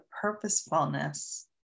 purposefulness